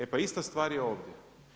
E pa ista stvar je ovdje.